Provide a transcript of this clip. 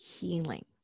healing